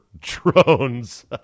drones